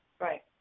Right